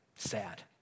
sad